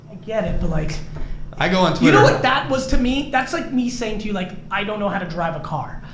get it but. like i go on twitter. you know what that was to me, that's like me saying to you like, i don't know how to drive a car,